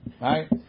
right